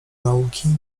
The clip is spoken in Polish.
nauki